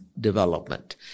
development